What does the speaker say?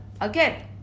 Again